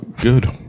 Good